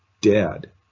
dead